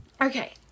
Okay